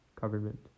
government